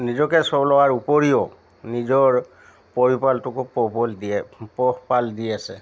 নিজকে চলোৱাৰ উপৰিও নিজৰ পৰিয়ালটোকো পোহপাল দিয়ে পোহপাল দি আছে